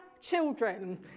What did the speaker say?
Children